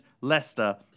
Leicester